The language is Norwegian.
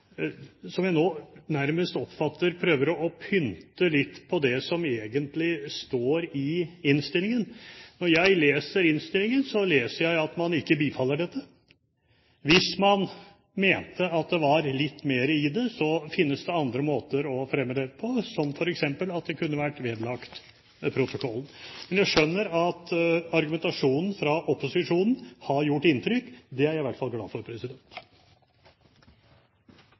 som jeg nå nærmest oppfatter at prøver å pynte litt på det som egentlig står i innstillingen. Når jeg leser innstillingen, leser jeg at man ikke bifaller dette. Hvis man mente at det var litt mer i det, finnes det andre måter å fremme det på, som f.eks. at det kunne vært vedlagt protokollen. Men jeg skjønner at argumentasjonen fra opposisjonen har gjort inntrykk. Det er jeg i hvert fall glad for.